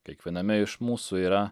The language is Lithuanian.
kiekviename iš mūsų yra